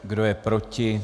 Kdo je proti?